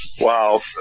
Wow